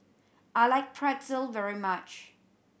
I like Pretzel very much